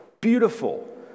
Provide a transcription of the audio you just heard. beautiful